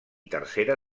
tercera